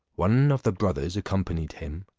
one of the brothers accompanied him,